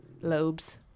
lobes